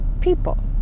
people